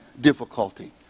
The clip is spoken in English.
difficulty